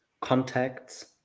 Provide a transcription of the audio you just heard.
contacts